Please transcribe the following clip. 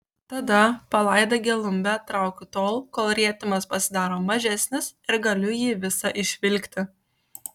tada palaidą gelumbę traukiu tol kol rietimas pasidaro mažesnis ir galiu jį visą išvilkti